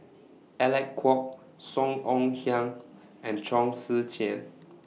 Alec Kuok Song Ong Siang and Chong Tze Chien